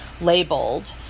labeled